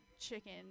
chicken